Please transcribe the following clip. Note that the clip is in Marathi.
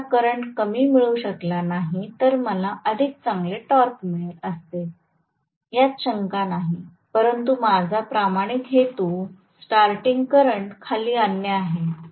जर मला करंट कमी मिळू शकला नाही तर मला अधिक चांगले टॉर्क मिळाले असते यात काही शंका नाही परंतु माझा प्रामाणिक हेतू स्टार्टिंग करंट खाली आणणे आहे